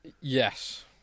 Yes